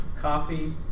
copy